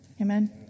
Amen